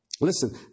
Listen